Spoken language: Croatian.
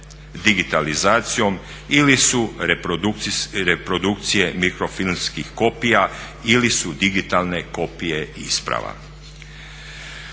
digitalizacijom ili su reprodukcije mikrofilmskih kopija ili su digitalne kopije isprava.